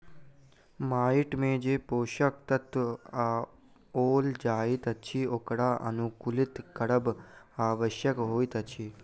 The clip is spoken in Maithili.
माइट मे जे पोषक तत्व पाओल जाइत अछि ओकरा अनुकुलित करब आवश्यक होइत अछि